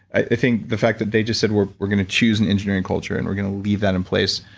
i think the fact that they just said we're we're going to choose an engineering culture and we're going to leave that in place,